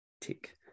tick